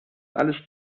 alles